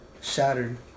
shattered